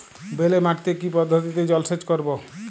বেলে মাটিতে কি পদ্ধতিতে জলসেচ করব?